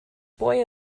boy